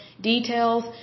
details